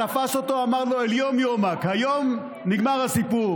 תפס אותו ואמר לו (אומר בערבית: היום הוא היום שלך,) היום נגמר הסיפור.